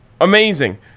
Amazing